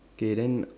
okay then